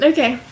Okay